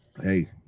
Hey